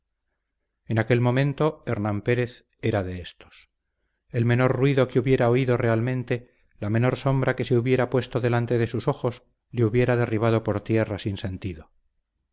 en aquel momento hernán pérez era de éstos el menor ruido que hubiera oído realmente la menor sombra que se hubiera puesto delante de sus ojos le hubiera derribado por tierra sin sentido